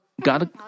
God